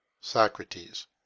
Socrates